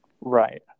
Right